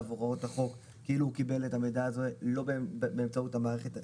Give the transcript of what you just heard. הוראות החוק כאילו הוא קיבל את המידע הזה לא באמצעות המערכת,